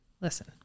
listen